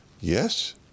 Yes